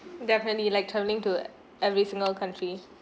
definitely like travelling to every single country